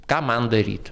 ką man daryti